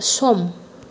सम